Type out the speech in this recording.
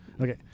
Okay